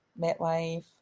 MetLife